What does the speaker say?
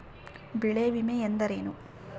ಬೆಳೆ ವಿಮೆ ಅಂದರೇನು?